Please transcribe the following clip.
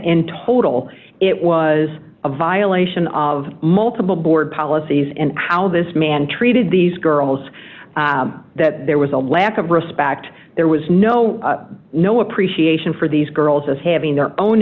in total it was a violation of multiple board policies and how this man treated these girls that there was a lack of respect there was no no appreciation for these girls as having their own